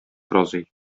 разый